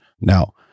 Now